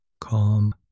Calm